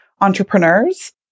entrepreneurs